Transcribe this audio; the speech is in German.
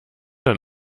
dann